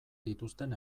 dituzten